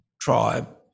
tribe